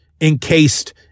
encased